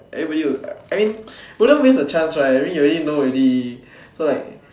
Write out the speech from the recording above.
everybody will I mean wouldn't miss the chance right I mean you already know already so right